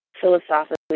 philosophically